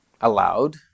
allowed